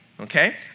Okay